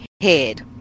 head